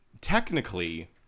technically